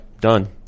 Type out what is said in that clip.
done